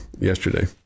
yesterday